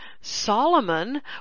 Solomon